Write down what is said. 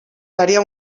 faria